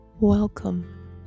Welcome